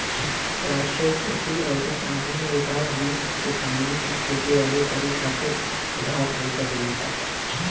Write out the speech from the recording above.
राष्ट्रीय कृषि अउरी ग्रामीण विकास बैंक किसानन के खेती बारी करे खातिर उधार पईसा देवेला